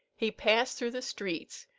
he passed through the streets,